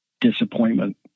disappointment